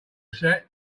set